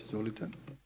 Izvolite.